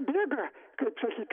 bėga kaip sakyt